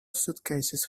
suitcases